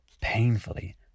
painfully